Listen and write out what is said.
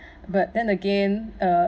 but then again uh